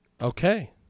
Okay